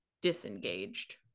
disengaged